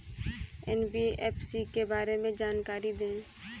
NBFC के बारे में जानकारी दें?